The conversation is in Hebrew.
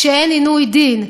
שאין עינוי דין,